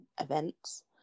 events